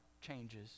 changes